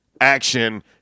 action